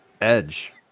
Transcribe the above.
Edge